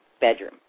bedroom